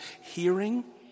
hearing